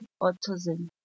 autism